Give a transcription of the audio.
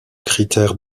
critère